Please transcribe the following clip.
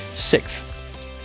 Sixth